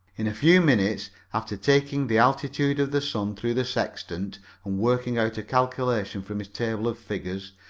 in a few minutes, after taking the altitude of the sun through the sextant and working out a calculation from his table of figures,